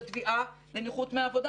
זו תביעה לנכות מהעבודה.